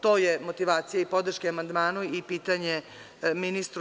To je motivacija i podrška amandmanu i pitanje ministru.